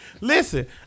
Listen